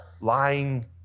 lying